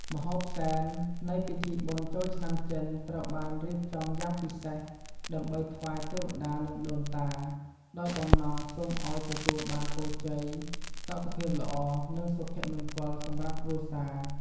ម្ហូបសែន នៃពិធីបុណ្យចូលឆ្នាំចិន ត្រូវបានរៀបចំយ៉ាងពិសេស ដើម្បីថ្វាយទេវតានិងដូនតា ដោយបំណងសូមឲ្យទទួលបានពរជ័យ សុខភាពល្អ និងសុភមង្គលសម្រាប់គ្រួសារ។